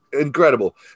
incredible